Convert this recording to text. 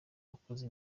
wakoze